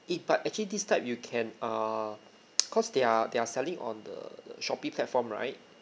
eh but actually this type you can err cause they are they're selling on the Shopee platform right